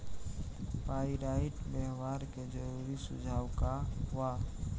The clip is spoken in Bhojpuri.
पाइराइट व्यवहार के जरूरी सुझाव का वा?